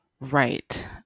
Right